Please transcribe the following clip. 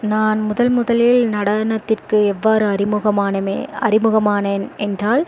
நான் முதன் முதலில் நடனத்திற்கு எவ்வாறு அறிமுகம் ஆனோமே அறிமுகம் ஆனேன் என்றால்